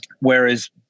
Whereas